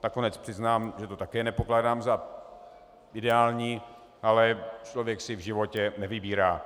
Nakonec přiznám, že to také nepokládám za ideální, ale člověk si v životě nevybírá.